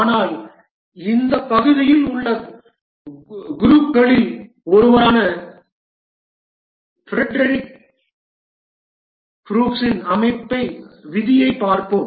ஆனால் இந்த பகுதியில் உள்ள குருக்களில் ஒருவரான ஃபிரடெரிக் ப்ரூக்ஸின் அமைப்பு விதியை பார்ப்போம்